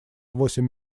восемь